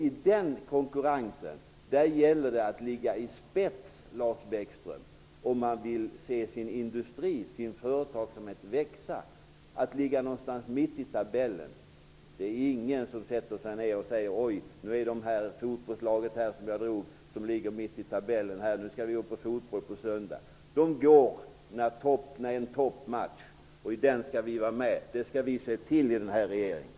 I den konkurrensen gäller det att ligga i spets, Lars Bäckström, om man vill se sin industri och företagsamhet växa. Att ligga någonstans mitt i tabellen ger inget. Det är ingen som säger: Oj, nu är fotbollslaget här som ligger mitt i tabellen, nu går vi på fotboll på söndag! Nej, man går när det är en toppmatch. I den skall vi vara med. Det skall vi se till i den här regeringen.